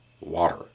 Water